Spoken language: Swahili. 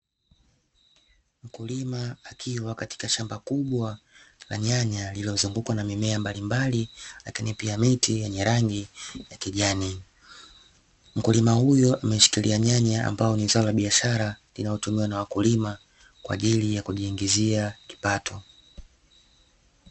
Mkulima akiwa katika shamba kubwa la nyanya; lililozungukwa na mimea mbalimbali lakini pia miti yenye rangi ya kijani. Mkulima huyo ameshikilia nyanya ambayo ni zao la biashara linalotumiwa na wakulima kwa ajili ya kujiingizia kipato.